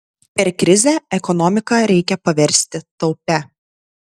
per krizę ekonomiką reikia paversti taupia